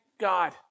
God